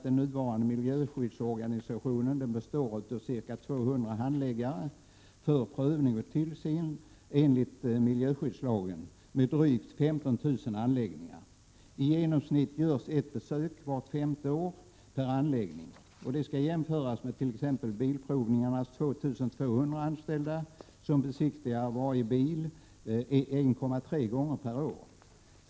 Den nuvarande miljöskyddsorganisationen består av ca 200 handläggare för prövning och tillsyn enligt miljöskyddslagen. Antalet anläggningar är drygt 15 000. I genomsnitt görs ett besök vart femte år per anläggning. Det skall jämföras med t.ex. bilprovningens 2 200 anställda som besiktigar varje bil 1,3 gånger per år.